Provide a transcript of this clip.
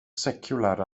seciwlar